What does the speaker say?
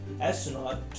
astronaut